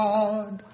God